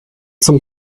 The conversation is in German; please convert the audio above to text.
zum